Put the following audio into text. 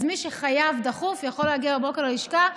אז מי שחייב דחוף יכול להגיע בבוקר ללשכה,